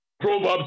Proverbs